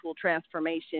transformation